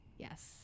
yes